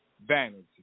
vanity